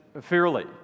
fairly